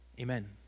amen